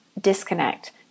disconnect